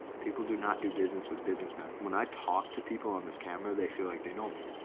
people do not do business with businessmen. when i talked to people on this camera, they feel like they know me.